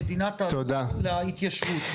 המדינה תעבור להתיישבות,